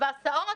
והסעות.